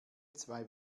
zwei